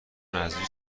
نذری